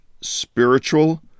spiritual